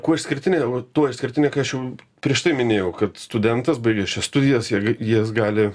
kuo išskirtinė o tuo išskirtinė kai aš jau prieš tai minėjau kad studentas baigęs šias studijas jis gali